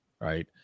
Right